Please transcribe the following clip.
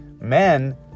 Men